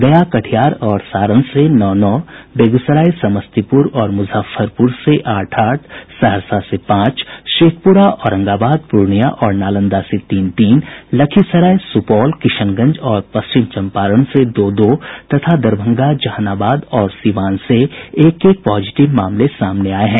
गया कटिहार और सारण से नौ नौ बेगूसराय समस्तीपुर और मुजफ्फरपुर से आठ आठ सहरसा से पांच शेखपुरा औरंगाबाद पूर्णियां और नालंदा से तीन तीन लखीसराय सुपौल किशनगंज और पश्चिम चम्पारण से दो दो तथा दरभंगा जहानाबाद और सीवान से एक एक पॉजिटिव मामले सामने आये हैं